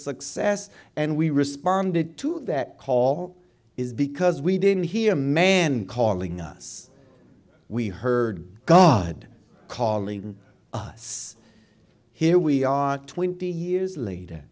success and we responded to that call is because we didn't hear a man calling us we heard god calling us here we are twenty years later